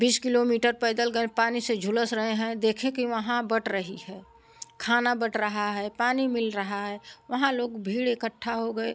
बीस किलोमीटर पैदल गए पानी से झुलस रहे हैं देखें कि वहाँ बँट रही है खाना बँट रहा है पानी मिल रहा है वहाँ लोग भीड़ इकट्ठा हो गए